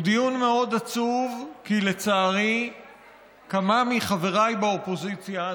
הוא דיון מאוד עצוב כי לצערי כמה מחבריי באופוזיציה,